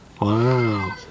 Wow